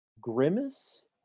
Grimace